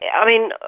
i mean,